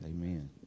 Amen